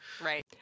Right